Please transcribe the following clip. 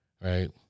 Right